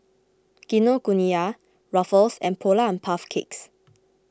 Kinokuniya Ruffles and Polar and Puff Cakes